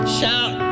shout